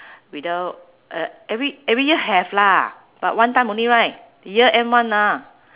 without uh every every year have lah but one time only right year end one lah